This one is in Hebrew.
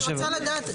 אבל אני רוצה לדעת,